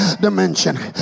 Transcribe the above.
dimension